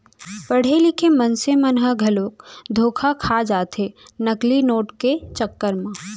पड़हे लिखे मनसे मन ह घलोक धोखा खा जाथे नकली नोट के चक्कर म